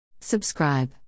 Subscribe